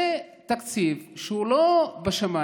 זה תקציב שהוא לא בשמיים,